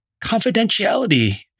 confidentiality